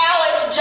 Alice